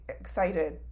excited